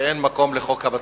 שאין מקום לחוק הבצורת.